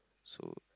so